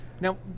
Now